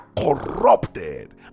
corrupted